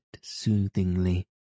soothingly